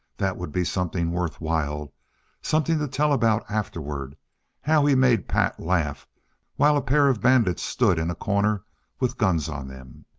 that would be something worthwhile something to tell about afterward how he made pat laugh while a pair of bandits stood in a corner with guns on them!